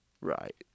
right